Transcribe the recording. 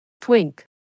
Twink